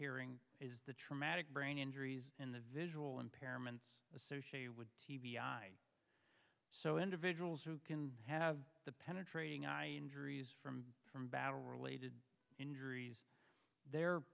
hearing is the traumatic brain injuries in the visual impairments associated with t b i so individuals who can have the penetrating injuries from from battle related injuries the